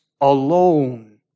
alone